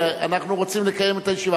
אנחנו רוצים לקיים את הישיבה.